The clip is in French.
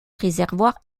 réservoir